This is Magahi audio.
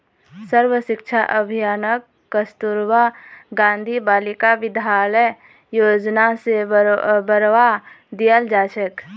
सर्व शिक्षा अभियानक कस्तूरबा गांधी बालिका विद्यालय योजना स बढ़वा दियाल जा छेक